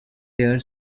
their